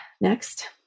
next